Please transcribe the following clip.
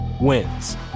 wins